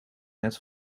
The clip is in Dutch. net